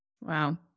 Wow